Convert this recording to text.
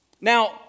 Now